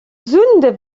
sünde